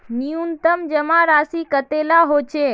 न्यूनतम जमा राशि कतेला होचे?